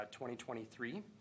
2023